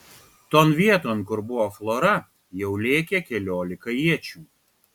ton vieton kur buvo flora jau lėkė keliolika iečių